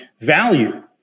value